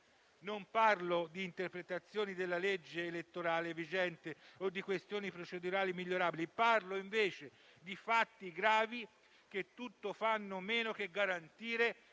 Non parlo di interpretazioni della legge elettorale vigente o di questioni procedurali migliorabili; parlo invece di fatti gravi che tutto fanno meno che garantire